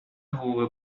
حقوق